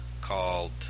called